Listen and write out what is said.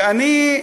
ואני,